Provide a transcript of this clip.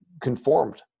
conformed